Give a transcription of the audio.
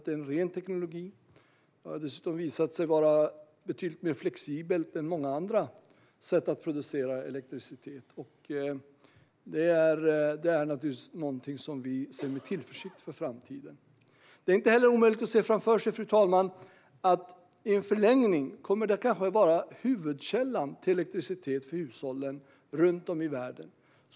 Det är en ren teknik, och den har visat sig vara betydligt mer flexibel än många andra sätt att producera elektricitet. Det är naturligtvis ett område där vi ser framtiden an med tillförsikt. Det är inte heller omöjligt, fru talman, att solenergi i förlängningen kommer att vara huvudkällan för elektricitet i hushållen runt om i världen.